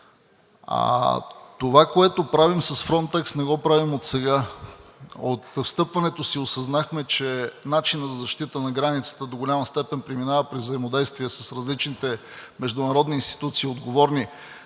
Това, което правим с „Фронтекс“, не го правим отсега. От встъпването си осъзнахме, че начинът за защита на границата до голяма степен преминава през взаимодействие с различните международни институции, отговорни